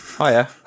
Hiya